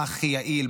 מה הכי יעיל,